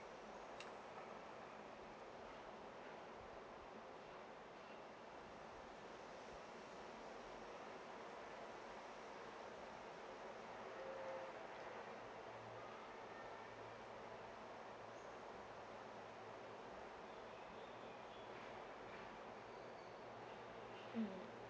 mm